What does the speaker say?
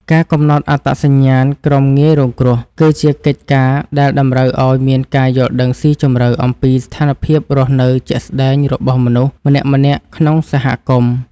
ការកំណត់អត្តសញ្ញាណក្រុមងាយរងគ្រោះ គឺជាកិច្ចការដែលតម្រូវឱ្យមានការយល់ដឹងស៊ីជម្រៅអំពីស្ថានភាពរស់នៅជាក់ស្តែងរបស់មនុស្សម្នាក់ៗក្នុងសហគមន៍។